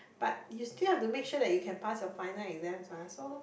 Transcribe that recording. but you still have to make sure that you can pass your final exams mah so